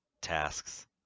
tasks